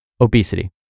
Obesity